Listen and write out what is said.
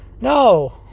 No